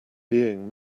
being